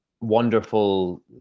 wonderful